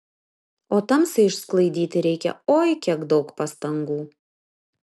o tamsai išsklaidyti reikia oi kiek daug pastangų